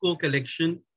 collection